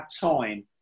time